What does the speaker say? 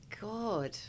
god